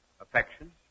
affection